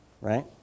right